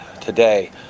today